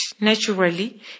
naturally